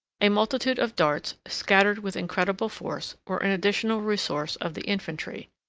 a multitude of darts, scattered with incredible force, were an additional resource of the infantry.